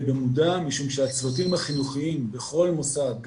במודע משום שהצוותים החינוכיים בכל מוסד,